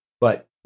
But-